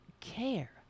care